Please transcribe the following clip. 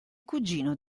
cugino